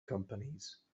companies